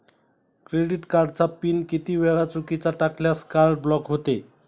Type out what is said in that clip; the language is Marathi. क्रेडिट कार्डचा पिन किती वेळा चुकीचा टाकल्यास कार्ड ब्लॉक होते?